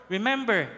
Remember